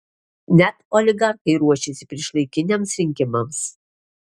net oligarchai ruošiasi priešlaikiniams rinkimams